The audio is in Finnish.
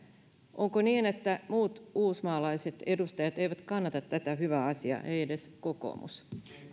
onko niin että muut uusmaalaiset edustajat eivät kannata tätä hyvää asiaa ei edes kokoomus